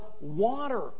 water